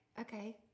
Okay